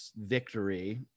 victory